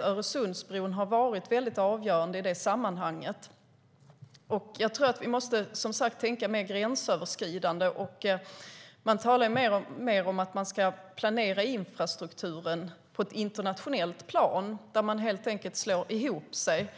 Öresundsbron har varit avgörande i det sammanhanget. Vi måste tänka mer gränsöverskridande. Man talar mer om att planera infrastrukturen på ett internationellt plan, att helt enkelt slå ihop sig.